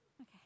Okay